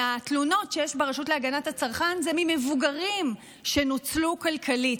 מהתלונות שיש ברשות להגנת הצרכן זה ממבוגרים שנוצלו כלכלית,